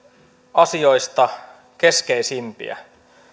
asioista keskeisimpiä